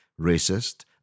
racist